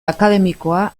akademikoa